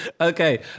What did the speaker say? Okay